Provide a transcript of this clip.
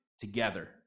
together